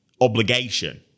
obligation